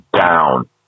down